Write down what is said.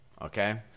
Okay